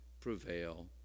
prevail